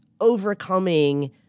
overcoming